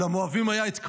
למואבים היה את כמוש,